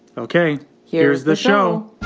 ok here's the show